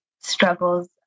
struggles